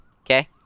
okay